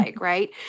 right